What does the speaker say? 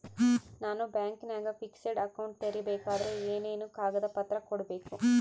ನಾನು ಬ್ಯಾಂಕಿನಾಗ fixed account ತೆರಿಬೇಕಾದರೆ ಏನೇನು ಕಾಗದ ಪತ್ರ ಕೊಡ್ಬೇಕು?